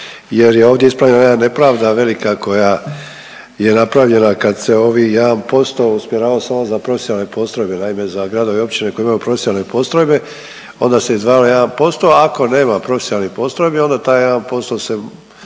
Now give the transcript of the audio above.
jer je ovdje ispravljena jedna nepravda velika koja je napravljena kad se ovih 1% usmjeravao samo za profesionalne postrojbe. Naime, za gradove i općine koji imaju profesionalne postrojbe onda se izdvajalo 1%, a ako nema profesionalnih postrojbi onda taj 1% se